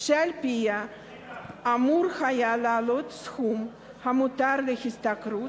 שעל-פיה אמור היה לעלות סכום המותר להשתכרות